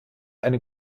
eine